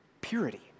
Purity